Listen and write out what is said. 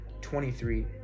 23